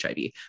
HIV